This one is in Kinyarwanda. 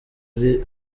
ari